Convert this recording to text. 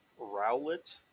Rowlet